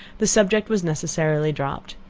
the subject was necessarily dropped.